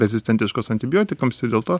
rezistentiškos antibiotikams ir dėl to